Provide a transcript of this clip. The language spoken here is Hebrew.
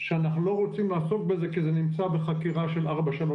אנחנו לא רוצים לעסוק בזה כי זה נמצא בחקירה של 433,